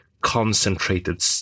concentrated